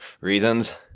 reasons